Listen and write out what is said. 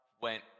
went